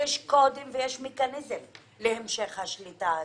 יש קודים ויש מכניזם להמשך השליטה הזו.